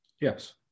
Yes